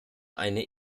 eine